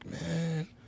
man